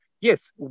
yes